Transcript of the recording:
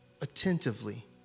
attentively